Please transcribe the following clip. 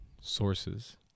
sources